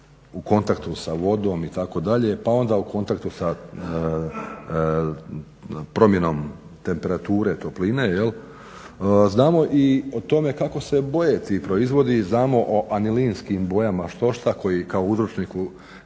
u kontaktu sa vodom itd. pa onda u kontaktu sa promjenom temperature topline, znamo kako se i boje ti proizvodi, znamo o anilinskim bojama štošta koji kao uzročniku